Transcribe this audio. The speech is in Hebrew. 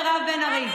מירב בן ארי.